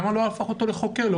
למה לא להפוך אותם לחוקרים?